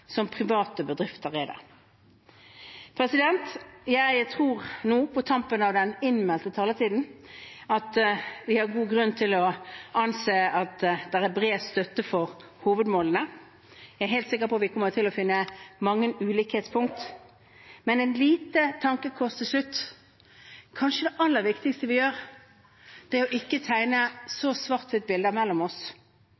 det private bedrifter er. Jeg tror – på tampen av den innmeldte taletiden – at vi har god grunn til å anse at det er bred støtte for hovedmålene. Jeg er helt sikker på at vi kommer til å finne mange ulikhetspunkter, men et lite tankekors til slutt: Kanskje er det aller viktigste vi gjør, ikke å tegne så svart-hvite bilder mellom oss at det tilsynelatende ikke er